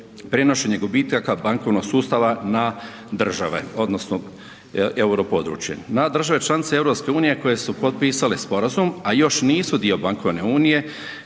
prenošenje gubitaka bankovnog sustava na države, odnosno euro područje. Na države članice EU koje su potpisale sporazum, a još nisu dio Bankovne unije,